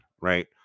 right